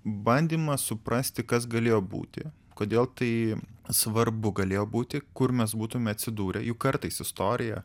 bandymas suprasti kas galėjo būti kodėl tai svarbu galėjo būti kur mes būtume atsidūrę juk kartais istorija